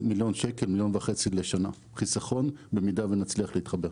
מיליון וחצי שקל בשנה חיסכון אם נצליח להתחבר,